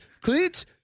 Cleats